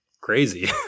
crazy